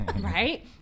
right